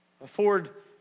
afford